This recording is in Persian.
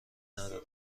ندارم